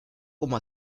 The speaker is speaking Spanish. como